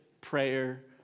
prayer